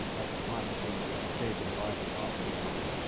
at the time the bbc had a big and vibrant arts department.